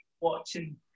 watching